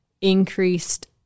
increased